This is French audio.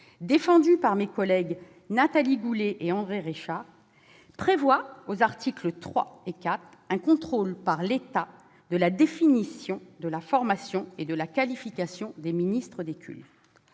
défendue par mes collègues Nathalie Goulet et André Reichardt, prévoit, aux articles 3 et 4, un contrôle par l'État de la définition de la formation et de la qualification des ministres des